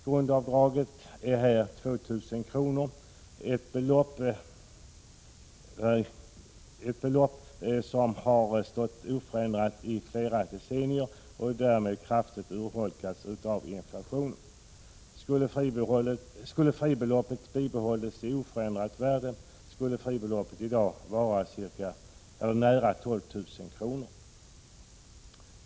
Grundavdraget är här 2 000 kr., ett belopp som har stått oförändrat i flera decennier och därmed kraftigt urholkats av inflationen. Skulle fribeloppet ha bibehållits i oförändrat värde skulle det i dag ha varit 12 000 kr.